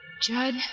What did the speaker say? Judd